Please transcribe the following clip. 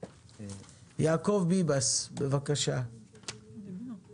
יש לנו הרבה מאוד